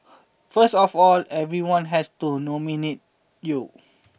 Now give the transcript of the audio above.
first of all everyone has to nominate you